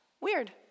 Weird